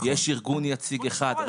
יש ארגון יציג אחד,